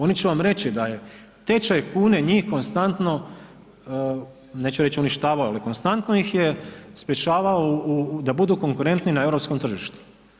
Oni će vam reći da je tečaj kune njih konstantno, neću reći uništavao ali konstantno ih je sprječavao da budu konkurentni na europskom tržištu.